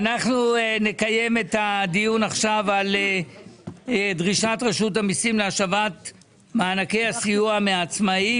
נקיים את הדיון עכשיו על דרישת רשות המיסים להשבת מענקי הסיוע מהעצמאים,